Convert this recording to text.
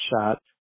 shot